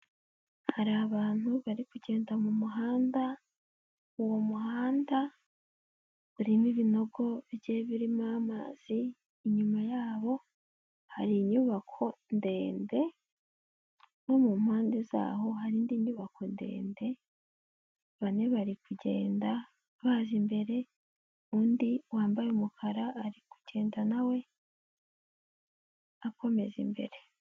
Hari abantu bari kugenda mu muhanda, uwo muhanda urimo ibinogo bigiye birimo amazi, inyuma yabo hari inyubako ndende no mu mpande zaho hari indi nyubako ndende, bane bari kugenda baza imbere, undi wambaye umukara ari kugenda nawe akomeza imbere.